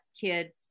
kid